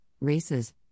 races